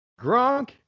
Gronk